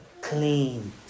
clean